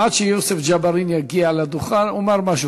עד שיוסף ג'בארין יגיע לדוכן, אומר משהו.